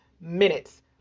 minutes